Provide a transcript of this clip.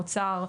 אוצר,